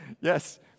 yes